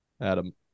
Adam